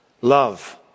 love